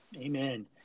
Amen